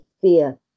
fear